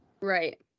Right